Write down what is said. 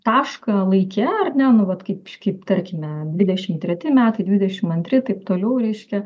tašką laike ar ne nu vat kaip kaip tarkime dvidešim treti metai dvidešim antri taip toliau reiškia